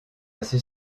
c’est